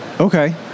Okay